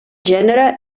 gènere